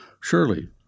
Surely